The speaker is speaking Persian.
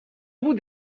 بود